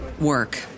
work